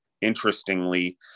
interestingly